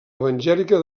evangèlica